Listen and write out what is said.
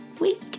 week